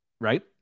right